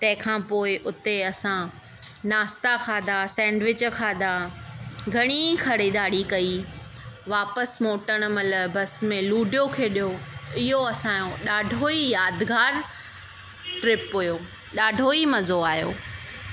तंहिंखां पोएं उते असां नास्ता खाधा सैंडविच खाधा घणी ख़रीदारी कई वापसि मोटणु महिल बस में लुड्यो खेॾियो इहो असांजो ॾाढो ई यादिगार ट्रिप हुयो ॾाढो ई मज़ो आयो